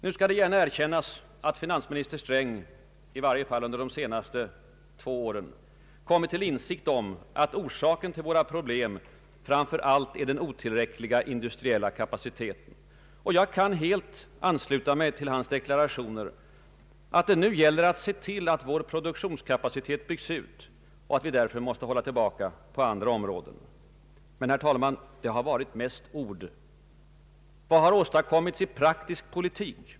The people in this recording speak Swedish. Det skall gärna erkännas att finansminister Sträng — i varje fall under de senaste två åren — kommit till insikt om att orsaken till våra problem framför allt är den otillräckliga industriella kapaciteten. Jag kan helt ansluta mig till hans deklarationer, att det nu gäller att se till att vår produktionskapacitet byggs ut och att vi därför måste hålla tillbaka på andra områden. Men — herr talman — det har varit mest ord. Vad har åstadkommits i praktisk politik?